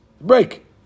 Break